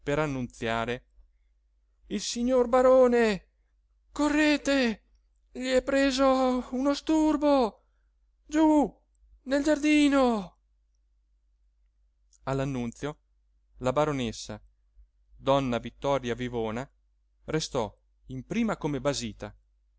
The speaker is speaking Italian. per annunziare il signor barone correte gli è preso uno sturbo giù nel giardino all'annunzio la baronessa donna vittoria vivona restò in prima come basita